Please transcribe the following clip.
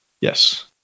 Yes